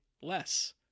less